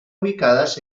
ubicadas